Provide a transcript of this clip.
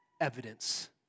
evidence